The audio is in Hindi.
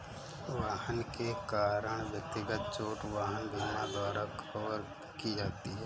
वाहन के कारण व्यक्तिगत चोट वाहन बीमा द्वारा कवर की जाती है